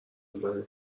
بزنه